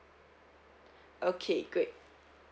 okay great